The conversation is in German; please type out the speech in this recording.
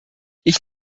ich